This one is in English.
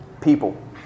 People